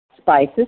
Spices